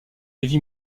heavy